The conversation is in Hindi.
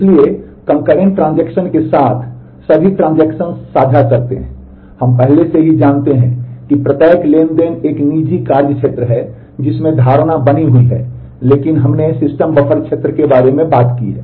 इसलिए कंकरेंट साझा करते हैं हम पहले से ही जानते हैं कि प्रत्येक ट्रांज़ैक्शन एक निजी कार्य क्षेत्र है जिसमें धारणा बनी हुई है लेकिन हमने सिस्टम बफर क्षेत्र के बारे में बात की है